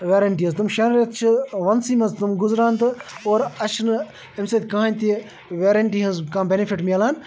warranty حظ تِم شیٚے رٮ۪تھ چھِ وَندسٕے منٛز تِم گُزران تہٕ اورٕ اَسہِ چھِنہٕ اَمہِ سۭتۍ کٕہنٛۍ تہِ ویرَنٹی ہنٛز بٮ۪نِفِٹ مِلان